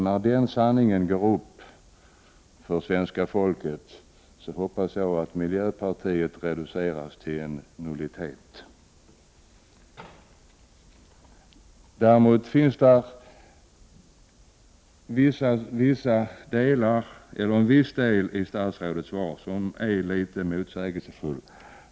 När den sanningen går upp för svenska folket hoppas jag att miljöpartiet reduceras till en nullitet. Däremot finns det delar i statsrådets svar som är litet motsägelsefulla.